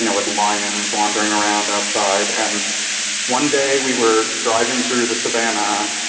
you know with lions wandering around outside. and one day, we were driving through the savannah,